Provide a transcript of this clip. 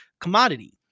commodity